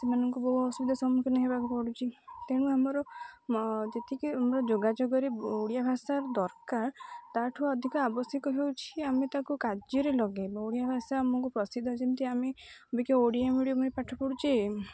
ସେମାନଙ୍କୁ ବହୁ ଅସୁବିଧାର ସମ୍ମୁଖୀନ ହେବାକୁ ପଡ଼ୁଛି ତେଣୁ ଆମର ଯେତିକି ଆମର ଯୋଗାଯୋଗରେ ଓଡ଼ିଆ ଭାଷାର ଦରକାର ତା'ଠୁ ଅଧିକ ଆବଶ୍ୟକ ହେଉଛି ଆମେ ତାକୁ କାର୍ଯ୍ୟରେ ଲଗାଇ ଓଡ଼ିଆ ଭାଷା ଆମକୁ ପ୍ରସିଦ୍ଧ ଯେମିତି ଆମେ ଅବିିକା ଓଡ଼ିଆ ମିଡ଼ିୟମ୍ରେ ପାଠ ପଢ଼ୁଛେ